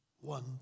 one